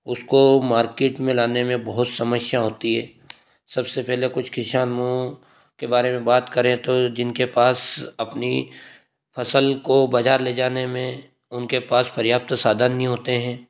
उसको मार्केट में लाने में बहुत समस्या होती है सबसे पहले कुछ किसानों के बारे में बात करें तो जिनके पास अपनी फसल को बाजार ले जाने में उनके पास पर्याप्त साधन नहीं होते हैं